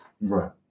right